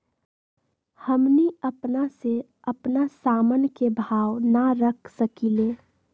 हमनी अपना से अपना सामन के भाव न रख सकींले?